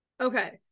okay